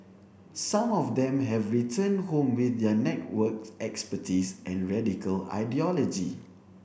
some of them have returned home with their network expertise and radical ideology